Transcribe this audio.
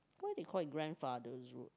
why they call it grandfathers road